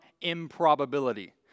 improbability